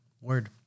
Word